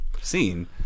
scene